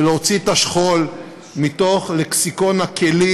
ולהוציא את השכול מתוך לקסיקון הכלים